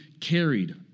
carried